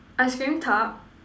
ice cream tub